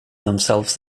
themselves